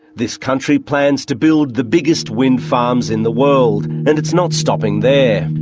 this country plans to build the biggest wind farms in the world, and it's not stopping there.